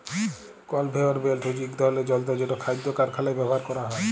conveyor belt হছে ইক ধরলের যল্তর যেট খাইদ্য কারখালায় ব্যাভার ক্যরা হ্যয়